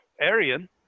Arian